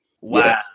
Wow